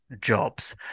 jobs